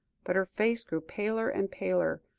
but her face grew paler and paler,